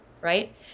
right